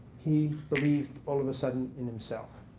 he believed, all of a sudden, in himself.